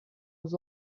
aux